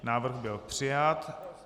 Návrh byl přijat.